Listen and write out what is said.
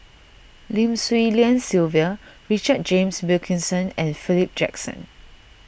Lim Swee Lian Sylvia Richard James Wilkinson and Philip Jackson